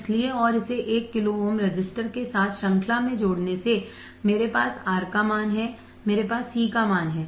इसलिए और इसे एक किलो ओम रेसिस्टर के साथ श्रृंखला में जोड़ने से मेरे पास R का मान है मेरे पास C का मान है